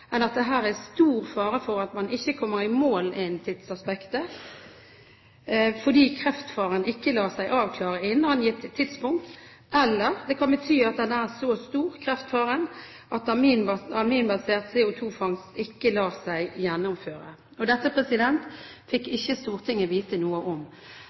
enn at det her er stor fare for at man ikke kommer i mål innen tidsaspektet fordi kreftfaren ikke lar seg avklare innen angitt tidspunkt, eller det kan bety at kreftfaren er så stor at aminbasert CO2-fangst ikke lar seg gjennomføre. Dette fikk ikke Stortinget vite noe om.